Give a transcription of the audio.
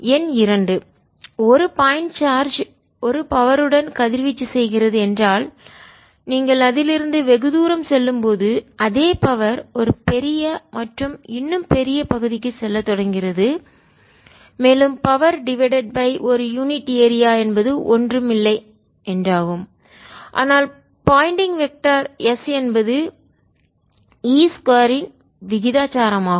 எண் இரண்டு ஒரு பாயிண்ட் சார்ஜ் ஒரு பவர் உடன் சக்தியுடன் கதிர்வீச்சு செய்கிறது என்றால் நீங்கள் அதிலிருந்து வெகு தூரம் செல்லும் போது அதே பவர் சக்தி ஒரு பெரிய மற்றும் இன்னும் பெரிய பகுதிக்குச் செல்லத் தொடங்குகிறது மேலும் பவர் டிவைடட் பை ஒரு யூனிட் ஏரியாபகுதிக்கு என்பது ஒன்றுமில்லை ஆனால் போயிண்டிங் வெக்டார் திசையன் S என்பது E 2 விகிதாசாரமாகும்